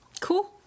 Cool